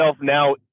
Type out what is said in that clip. now